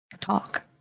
Talk